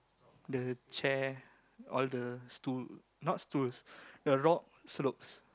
the chair all the stool not stools the rock slopes